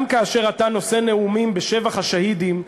גם כאשר אתה נושא נאומים בשבח השהידים,